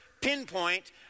pinpoint